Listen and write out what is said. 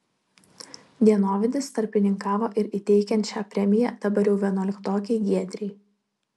dienovidis tarpininkavo ir įteikiant šią premiją dabar jau vienuoliktokei giedrei